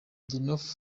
north